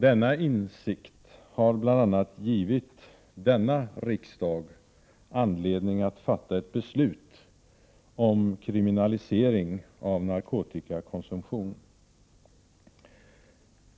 Denna insikt har givit bl.a. denna riksdag anledning att fatta ett beslut om kriminalisering av narkotikakonsumtion.